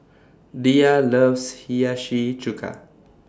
Diya loves Hiyashi Chuka